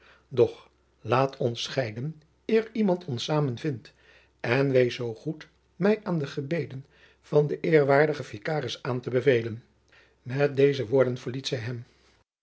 doch laat ons scheiden eer iemand ons samen vindt en wees zoo goed mij aan de gebeden van den eerwaardigen vikaris aan te bevelen met deze woorden verliet zij hem